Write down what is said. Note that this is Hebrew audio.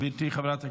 גברתי חברת הכנסת,